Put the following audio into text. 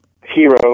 hero